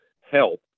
help